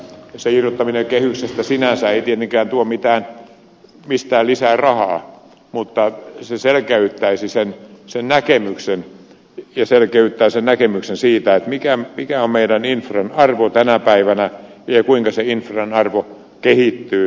se irrottaminen kehyksestä ei sinänsä tietenkään tuo mistään lisää rahaa mutta se selkeyttäisi sen sen näkemyksen ja selkeyttää sen näkemyksen siitä mikä on meidän infran arvo tänä päivänä ja kuinka se infran arvo kehittyy